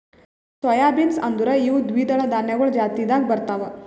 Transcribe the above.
soy beans ಅಂದುರ್ ಇವು ದ್ವಿದಳ ಧಾನ್ಯಗೊಳ್ ಜಾತಿದಾಗ್ ಬರ್ತಾವ್